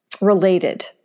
related